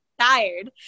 tired